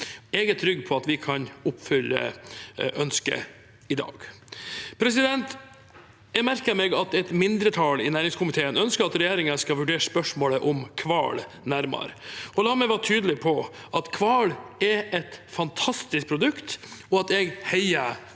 jeg er trygg på at vi kan oppfylle ønsket i dag. Jeg merket meg at et mindretall i næringskomiteen ønsker at regjeringen skal vurdere spørsmålet om hval nærmere. La meg være tydelig på at hval er et fantastisk produkt, og at jeg heier